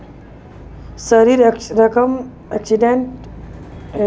राशिर रकम एक्सीडेंटेर हिसाबे हछेक